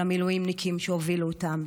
של המילואימניקים שהובילו אותם,